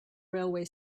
railway